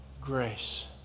grace